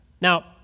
Now